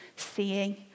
Seeing